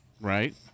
Right